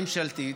ממשלתית,